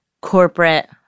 Corporate